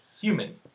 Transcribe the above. human